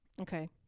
Okay